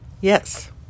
yes